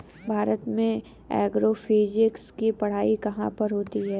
भारत में एग्रोफिजिक्स की पढ़ाई कहाँ पर होती है?